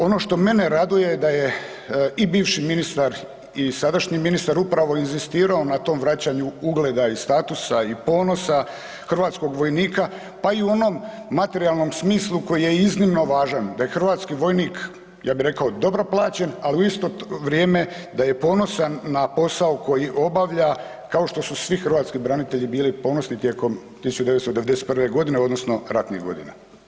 Ono što mene raduje da je i bivši ministar i sadašnji ministar upravo inzistirao na tom vraćanju ugleda i statusa i ponosa hrvatskog vojnika, pa i u onom materijalnom smislu koji je iznimno važan da je hrvatski vojnik, ja bi rekao, dobro plaćen, ali u isto vrijeme da je ponosan na posao koji obavlja kao što su svi hrvatski branitelji bili ponosni tijekom 1991.g. odnosno ratnih godina.